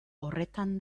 horretan